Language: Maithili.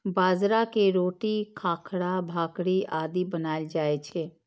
बाजरा के रोटी, खाखरा, भाकरी आदि बनाएल जाइ छै